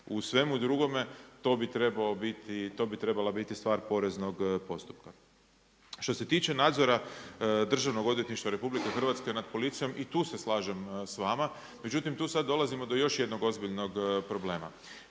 U svemu drugome to bi trebala biti poreznog postupka. Što se tiče nadzora Državnog odvjetništva RH nad policijom, i tu se slažem s vama, međutim, tu sad dolazimo do još jednog ozbiljnog problema.